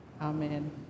Amen